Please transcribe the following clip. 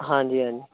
ਹਾਂਜੀ ਹਾਂਜੀ